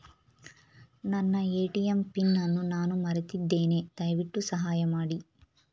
ನನ್ನ ATM pin ಅನ್ನು ನಾನು ಮರೆತಿದ್ದೇನೆ, ದಯವಿಟ್ಟು ಸಹಾಯ ಮಾಡಿ